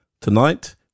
Tonight